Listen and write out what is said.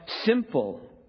simple